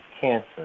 cancer